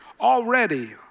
Already